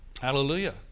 hallelujah